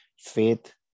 faith